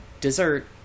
dessert